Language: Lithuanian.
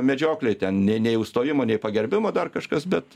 medžioklėj ten nei nei užstojimo nei pagerbimo dar kažkas bet